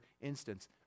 instance